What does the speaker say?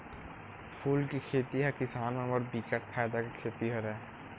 फूल के खेती ह किसान मन बर बिकट फायदा के खेती हरय